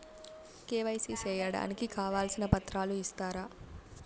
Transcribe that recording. KYC సేయడానికి కావాల్సిన పత్రాలు ఇస్తారా?